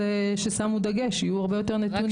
ששמו דגש יהיו הרבה יותר נתונים.